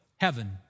heaven